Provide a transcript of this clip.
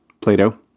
Plato